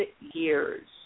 years